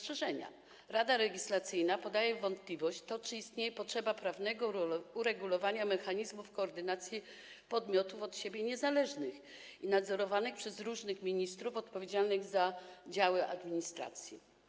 Rada Legislacyjna podaje w wątpliwość to, czy istnieje potrzeba prawnego uregulowania mechanizmów koordynacji podmiotów od siebie niezależnych i nadzorowanych przez różnych ministrów odpowiedzialnych za działy administracji.